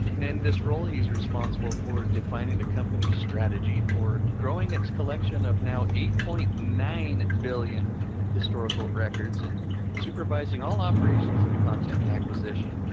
and in this role, he's responsible for defining the company's strategy for growing its collection of now eight point nine billion historical records and supervising all operations of content acquisition.